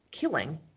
killing